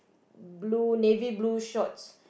blue navy blue shorts